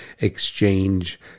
Exchange